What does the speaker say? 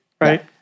Right